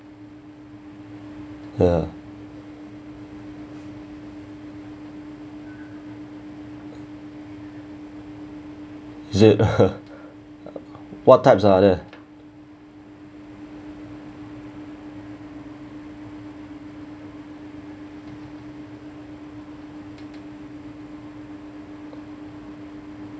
ya it it what types are there